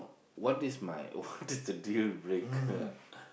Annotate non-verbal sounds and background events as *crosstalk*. what is my *laughs* what is the deal breaker ah